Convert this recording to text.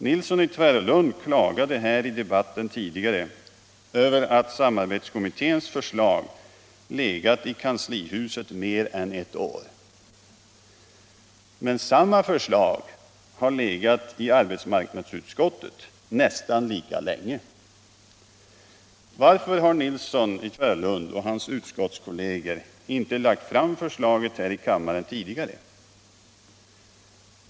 Herr Nilsson klagade här i debatten tidigare över att samarbetskommitténs förslag legat i kanslihuset mer än ett år. Men samma förslag har legat i arbetsmarknadsutskottet nästan lika länge. Varför har herr Nilsson och hans utskottskolleger inte lagt fram förslaget här i kammaren tidigare?